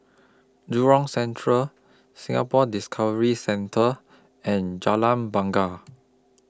Jurong Central Singapore Discovery Centre and Jalan Bungar